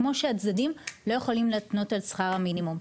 כמו שהצדדים לא יכולים להתנות על שכר המינימום.